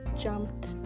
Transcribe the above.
jumped